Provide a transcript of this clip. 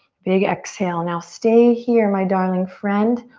big exhale. now stay here, my darling friend,